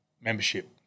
membership